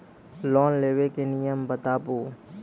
Loan लेबे के नियम बताबू?